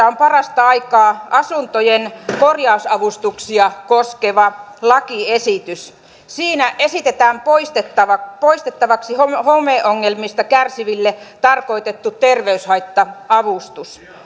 on parasta aikaa asuntojen korjausavustuksia koskeva lakiesitys siinä esitetään poistettavaksi poistettavaksi homeongelmista kärsiville tarkoitettu terveyshaitta avustus